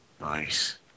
Nice